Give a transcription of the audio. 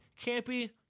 campy